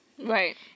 right